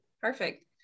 perfect